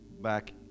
back